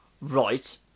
right